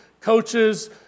coaches